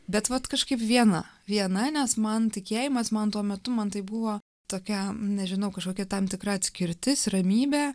bet vat kažkaip viena viena nes man tikėjimas man tuo metu man tai buvo tokia nežinau kažkokia tam tikra atskirtis ramybė